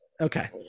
okay